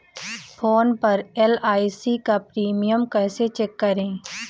Phone पर एल.आई.सी का premium कैसे चेक करें?